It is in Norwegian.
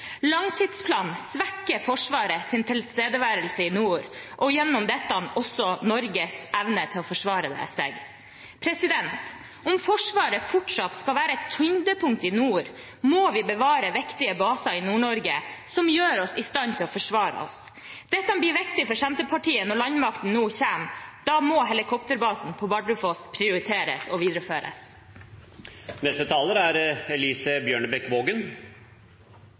Langtidsplanen svekker Forsvarets tilstedeværelse i nord og gjennom dette også Norges evne til å forsvare seg. Om Forsvaret fortsatt skal være et tyngdepunkt i nord, må vi bevare viktige baser i Nord-Norge som gjør oss i stand til å forsvare oss. Dette blir viktig for Senterpartiet når landmakten nå kommer. Da må helikopterbasen på Bardufoss prioriteres og videreføres.